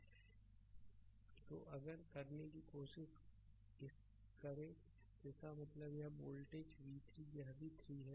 slide समय देखें 1359 तो अगर करने की कोशिश इसका मतलब है यह वोल्टेज v3 यह भी 3 है